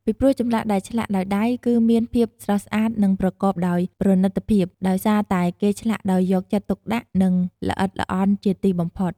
ពីព្រោះចម្លាក់ដែលឆ្លាក់ដោយដៃគឺមានភាពស្រស់ស្អាតនិងប្រកបដោយប្រណិតភាព ដោយសារតែគេឆ្លាក់ដោយយកចិត្តទុកដាក់និងល្អិតល្អន់ជាទីបំផុត។